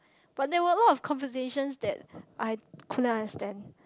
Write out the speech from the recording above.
but there were lot of conversations that I couldn't understand